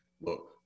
Look